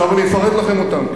עכשיו אני אפרט לכם אותם,